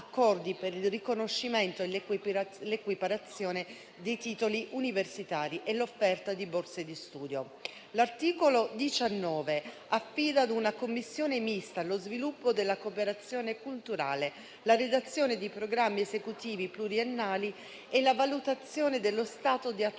per il riconoscimento e l'equiparazione dei titoli universitari e l'offerta di borse di studio. L'articolo 19 affida a una commissione mista lo sviluppo della cooperazione culturale, la redazione di programmi esecutivi pluriennali e la valutazione dello stato di attuazione